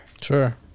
Sure